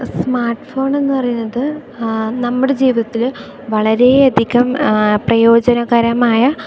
smart ഫോണെന്നു പറയുന്നത് നമ്മുടെ ജീവിതത്തിൽ വളരേ അധികം പ്രയോജനകരമായ